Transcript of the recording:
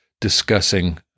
discussing